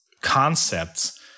concepts